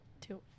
two